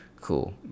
cool